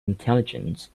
intelligence